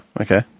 okay